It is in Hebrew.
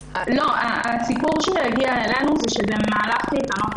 הסיפור שהגיע אלינו הוא שבמהלך קייטנות